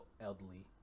elderly